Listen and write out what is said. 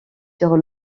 sur